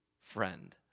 friend